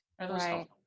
Right